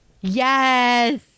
Yes